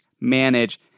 manage